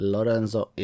Lorenzo